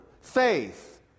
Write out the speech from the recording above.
faith